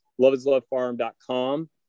loveislovefarm.com